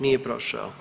Nije prošao.